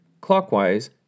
clockwise